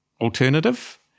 alternative